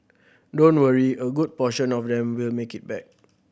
don't worry a good portion of them will make it back